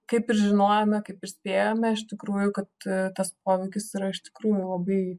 kaip ir žinojome kaip ir spėjome iš tikrųjų kad tas poveikis yra iš tikrųjų labai